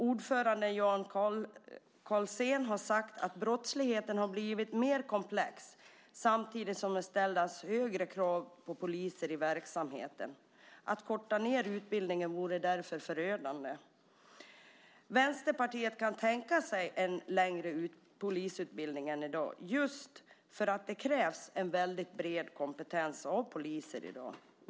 Ordföranden Jan Karlsen har sagt att brottsligheten har blivit mer komplex samtidigt som det ställs allt högre krav på poliser i verksamheten. Att korta ned utbildningen vore därför förödande. Vänsterpartiet kan tänka sig en längre polisutbildning än i dag just för att det krävs en väldigt bred kompetens av poliser i dag.